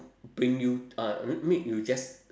bring you uh mean you just